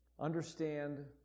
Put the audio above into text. understand